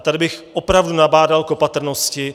Tady bych opravdu nabádal k opatrnosti.